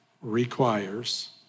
requires